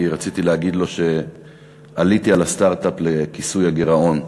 כי רציתי להגיד לו שעליתי על הסטרט-אפ לכיסוי הגירעון.